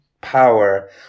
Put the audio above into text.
power